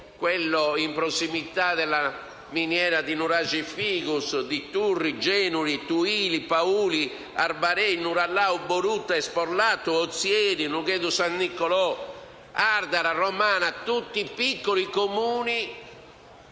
trova in prossimità della miniera di Nuraxi Figus, Turri, Genuri, Tuili, Pauli Arbarei, Nurallao, Borutta, Esporlatu, Ozieri, Nughedu San Nicolò, Ardara e Romana, tutti piccoli Comuni